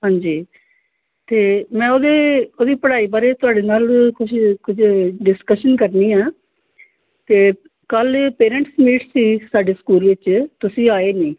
ਹਾਂਜੀ ਅਤੇ ਮੈਂ ਉਹਦੇ ਉਹਦੀ ਪੜ੍ਹਾਈ ਬਾਰੇ ਤੁਹਾਡੇ ਨਾਲ ਕੁਛ ਕੁਝ ਡਿਸਕਸ਼ਨ ਕਰਨੀ ਆ ਕਿ ਕੱਲ੍ਹ ਇਹ ਪੇਰੈਂਟਸ ਮੀਟ ਸੀ ਸਾਡੇ ਸਕੂਲ ਵਿੱਚ ਤੁਸੀਂ ਆਏ ਨਹੀਂ